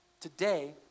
Today